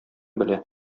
белә